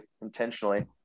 intentionally